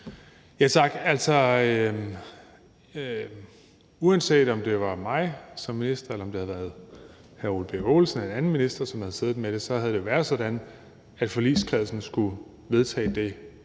uanset om det var mig som minister, eller om det havde været hr. Ole Birk Olesen eller en anden minister, som havde siddet med det, så havde det været sådan, at forligskredsen skulle vedtage det,